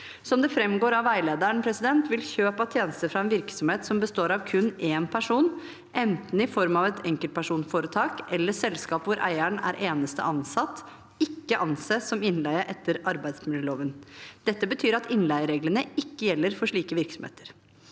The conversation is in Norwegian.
Som det framgår av veilederen, vil kjøp av tjenester fra en virksomhet som består av kun én person, enten i form av et enkeltpersonforetak eller et selskap hvor eieren er den eneste ansatte, ikke anses som innleie etter arbeidsmiljøloven. Det betyr at innleiereglene ikke gjelder for slike virksomheter.